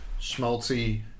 schmaltzy